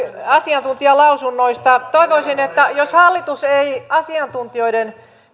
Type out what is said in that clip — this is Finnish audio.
asiantuntijalausunnoista toivoisin että jos hallitus ei asiantuntijoiden